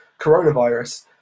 coronavirus